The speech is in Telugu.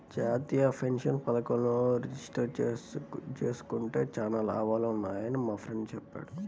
జాతీయ పెన్షన్ పథకంలో రిజిస్టర్ జేసుకుంటే చానా లాభాలున్నయ్యని మా ఫ్రెండు చెప్పాడు